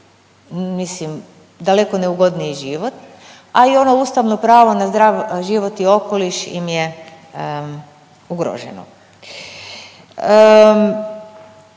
mislim daleko neugodniji život. A i ono ustavno pravo na zdrav život i okoliš im je ugroženo.